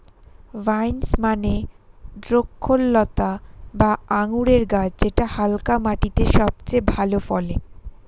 vines মানে দ্রক্ষলতা বা আঙুরের গাছ যেটা হালকা মাটিতে সবচেয়ে ভালো ফলে